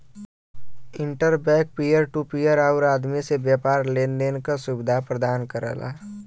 inter bank peer to peer आउर आदमी से व्यापारी लेन देन क सुविधा प्रदान करला